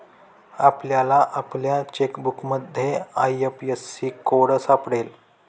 आपल्याला आपल्या चेकबुकमध्ये आय.एफ.एस.सी कोड सापडेल